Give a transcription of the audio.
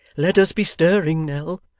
let us be stirring, nell.